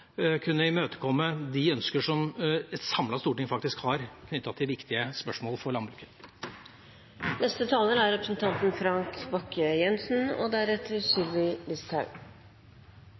kunne imøtekomme de ønsker som et samlet storting faktisk har knyttet til viktige spørsmål for landbruket. Vanligvis begynner man mot slutten av en debatt å si: Det er